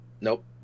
nope